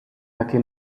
таки